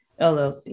LLC